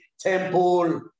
temple